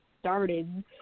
started